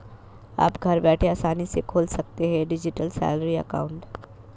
आप घर बैठे आसानी से खोल सकते हैं डिजिटल सैलरी अकाउंट